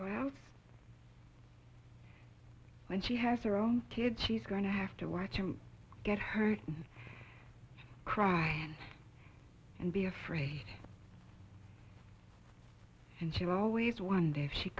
well when she has her own kids she's going to have to watch him get hurt and cry and be afraid and she will always wonder if she